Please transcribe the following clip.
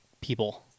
people